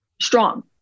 strong